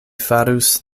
farus